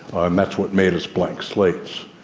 um that's what made us blank slates.